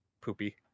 poopy